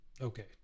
okay